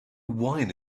wine